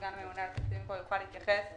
סגן הממונה יוכל להתייחס.